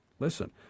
Listen